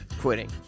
quitting